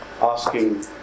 asking